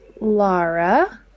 Lara